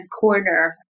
corner